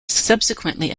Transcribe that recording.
subsequently